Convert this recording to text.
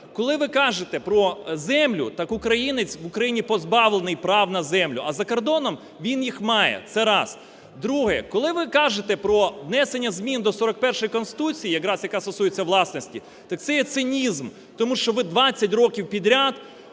Коли ви кажете про землю, так українець в Україні позбавлений прав на землю, а за кордоном він їх має – це раз. Друге. Коли ви кажете про внесення змін до 41-ї Конституції, якраз яка стосується власності, то це є цинізм. Тому що ви 20 років підряд